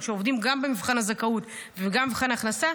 שעומדים גם במבחן הזכאות וגם במבחן ההכנסה,